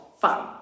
fun